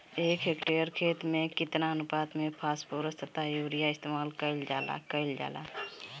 एक हेक्टयर खेत में केतना अनुपात में फासफोरस तथा यूरीया इस्तेमाल कईल जाला कईल जाला?